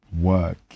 work